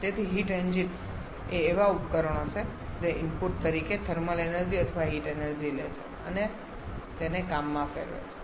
તેથી heat engine એ એવા ઉપકરણો છે જે ઇનપુટ તરીકે થર્મલ એનર્જી અથવા હીટ એનર્જી લે છે અને તેને કામમાં ફેરવે છે